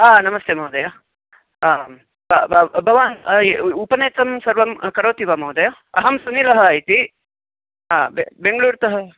ह नमस्ते महोदय आ भवान् उपनेत्रं सर्वं करोति वा महोदय अहं सुनिलः इति ह ब बेङ्गलूर्तः